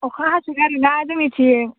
अखा हासोगारोना जोंनिथिं